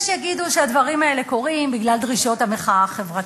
יש שיגידו שהדברים האלה קורים בגלל דרישות המחאה החברתית,